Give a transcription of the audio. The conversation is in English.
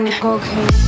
Okay